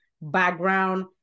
background